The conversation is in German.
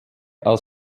als